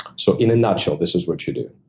so in a nutshell, this is what you do.